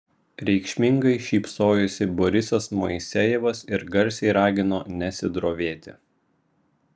reikšmingai šypsojosi borisas moisejevas ir garsiai ragino nesidrovėti